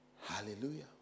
Hallelujah